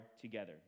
together